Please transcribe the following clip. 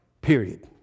Period